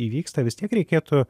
įvyksta vis tiek reikėtų